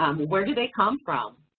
um where do they come from?